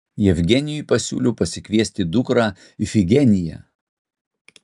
jevgenijui pasiūliau pasikviesti dukrą ifigeniją